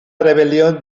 rebelión